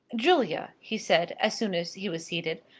julia, he said, as soon as he was seated,